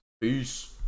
peace